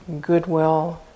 Goodwill